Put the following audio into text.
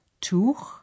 tuch